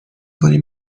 کنی